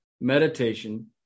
meditation